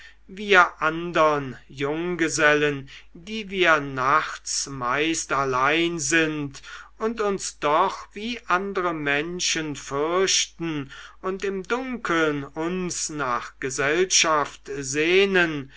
wir andern junggesellen die wir nachts meist allein sind und uns doch wie andre menschen fürchten und im dunkeln uns nach gesellschaft sehnen